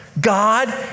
God